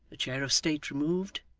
the chair of state removed,